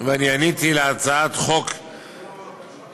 ועניתי על הצעת חוק שונה,